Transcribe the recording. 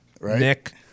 Nick